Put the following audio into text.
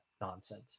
nonsense